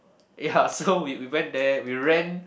ya so we we went there we ran